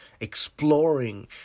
exploring